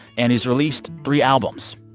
and he's released three albums.